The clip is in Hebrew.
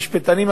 המשפטנים,